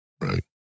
Right